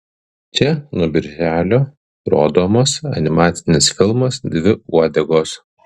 čia nuo birželio rodomas animacinis filmas dvi uodegos